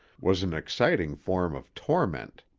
was an exciting form of torment.